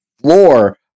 floor